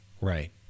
right